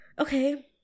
okay